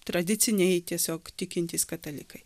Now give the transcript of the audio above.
tradiciniai tiesiog tikintys katalikai